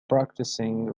practicing